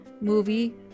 movie